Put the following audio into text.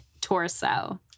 torso